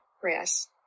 press